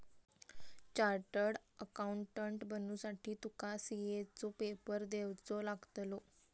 chartered accountant बनुसाठी तुका CA चो पेपर देवचो लागतलो